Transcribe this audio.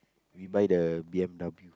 we buy the b_m_w